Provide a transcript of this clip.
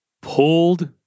pulled